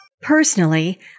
Personally